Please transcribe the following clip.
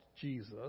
Jesus